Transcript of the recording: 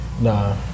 Nah